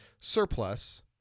surplus